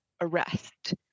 arrest